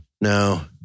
No